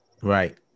Right